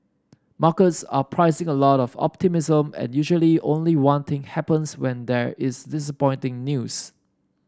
markets are pricing a lot of optimism and usually only one thing happens when there is disappointing news